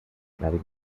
nadie